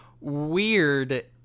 weird